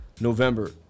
November